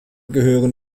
gehören